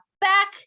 back